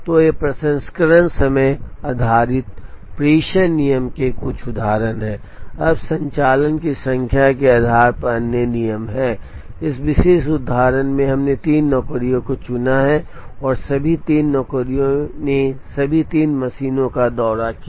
तो ये प्रसंस्करण समय आधारित प्रेषण नियमों के कुछ उदाहरण हैं अब संचालन की संख्या के आधार पर अन्य नियम हैं इस विशेष उदाहरण में हमने तीन नौकरियों को चुना है और सभी तीन नौकरियों ने सभी तीन मशीनों का दौरा किया